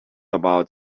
about